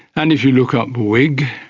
and if you look up whig,